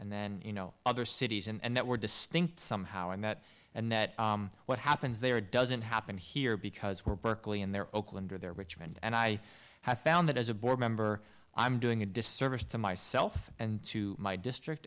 and then you know other cities and that we're distinct somehow and that and that what happens there doesn't happen here because we're berkeley and there oakland or there richmond and i have found that as a board member i'm doing a disservice to myself and to my district